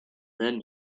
then